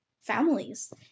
families